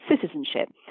citizenship